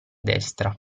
destra